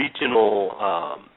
regional